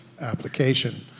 application